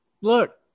look